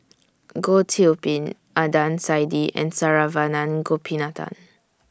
Goh Qiu Bin Adnan Saidi and Saravanan Gopinathan